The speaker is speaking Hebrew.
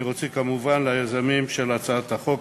אני רוצה להודות כמובן ליוזמים של הצעת החוק,